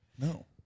No